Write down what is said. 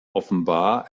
offenbar